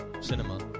cinema